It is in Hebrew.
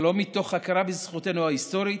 שלום מתוך הכרה בזכותנו ההיסטורית.